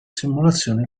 simulazione